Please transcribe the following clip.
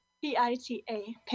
P-I-T-A